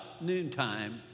noontime